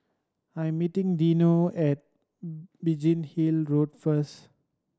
I am meeting Dino at Biggin Hill Road first